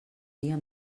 dia